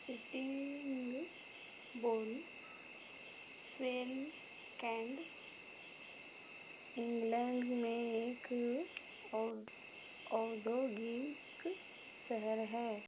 Sittingbourne Swale Kent England में एक औ औद्योगिक शहर है